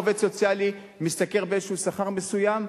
עובד סוציאלי משתכר איזשהו שכר מסוים,